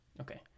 Okay